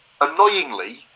Annoyingly